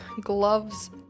gloves